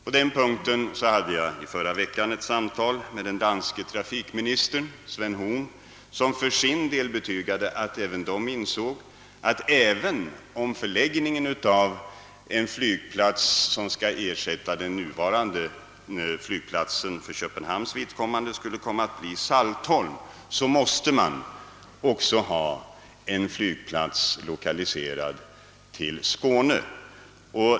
Jag hade i förra veckan ett samtal med den danske trafikministern Svend Horn, som betygade att också danskarna insåg att även om en flygplats, som skall ersätta den nuvarande för Köpenhamns vidkommande, skulle komma att förläggas till Saltholm, måste man dessutom ha en flygplats lokaliserad till Skåne.